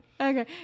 Okay